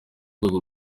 rwego